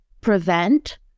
prevent